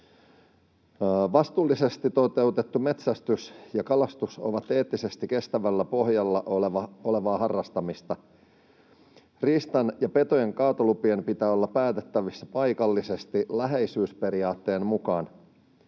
Vastuullisesti toteutettu metsästys ja kalastus ovat eettisesti kestävällä pohjalla olevaa harrastamista. Riistan ja petojen kaatolupien pitää olla päätettävissä paikallisesti läheisyysperiaatteen mukaan.